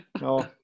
no